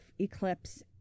Eclipse